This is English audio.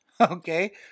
Okay